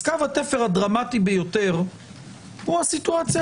אז קו התפר הדרמטי ביותר הוא הסיטואציה